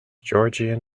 georgian